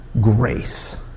grace